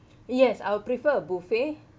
yes I will prefer a buffet